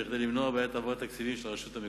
כדי למנוע בעיית העברת תקציבים של הרשות המקומית.